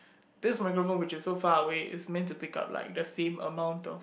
this microphone which is so far away is meant to pick up like the same amount of